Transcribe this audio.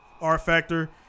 R-Factor